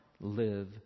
live